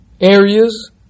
areas